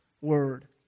word